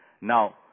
Now